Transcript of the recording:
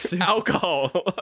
Alcohol